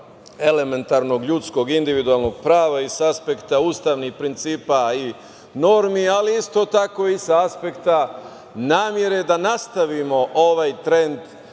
elementarnog ljudskog individualnog prava i sa aspekta ustavnih principa i normi, ali isto tako i sa aspekta namere da nastavimo ovaj trend